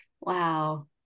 Wow